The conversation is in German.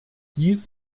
dies